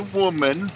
woman